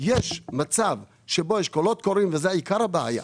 יש מצב שבו יש קולות קוראים, וזה עיקר הבעיה,